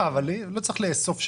לא צריך לאסוף שאלות.